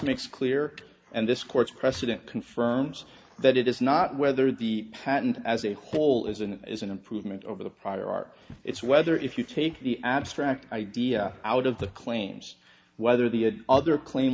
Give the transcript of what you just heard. makes clear and this court's precedent confirms that it is not whether the patent as a whole is and is an improvement over the prior art it's whether if you take the abstract idea out of the claims whether the other claim